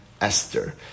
Esther